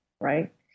right